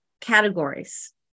categories